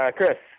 Chris